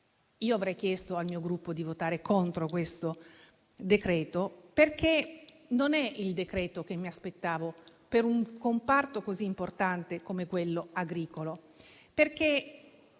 io avrei chiesto al mio Gruppo di votare contro questo decreto-legge perché non è il provvedimento che mi aspettavo per un comparto così importante come quello agricolo. I